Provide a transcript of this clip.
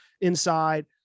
Inside